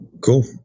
cool